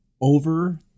over